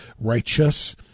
righteous